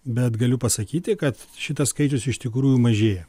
bet galiu pasakyti kad šitas skaičius iš tikrųjų mažėja